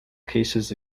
cases